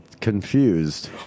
confused